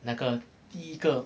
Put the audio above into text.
那个第一个